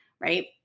right